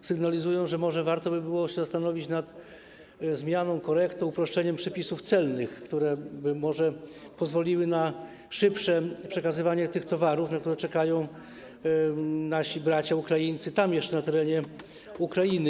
sygnalizują, że może warto by było się zastanowić nad zmianą, korektą, uproszczeniem przepisów celnych, co może pozwoliłoby na szybsze przekazywanie towarów, na które czekają nasi bracia Ukraińcy, którzy są jeszcze tam, na terenie Ukrainy.